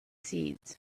seeds